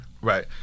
Right